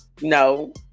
no